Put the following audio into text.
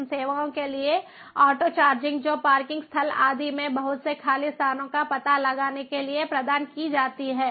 उन सेवाओं के लिए ऑटो चार्जिंग जो पार्किंग स्थल आदि में बहुत से खाली स्थानों का पता लगाने के लिए प्रदान की जाती हैं